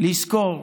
לזכור.